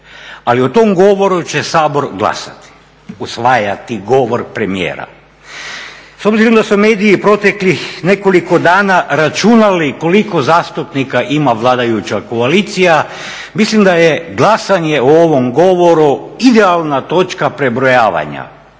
ali o tom govoru će Sabor glasati, usvajati govor premijera. S obzirom da su mediji proteklih nekoliko dana računali koliko zastupnika ima vladajuća koalicija, mislim da je glasanje o ovom govoru idealna točka prebrojavanja,